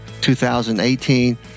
2018